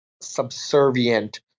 subservient